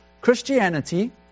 Christianity